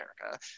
America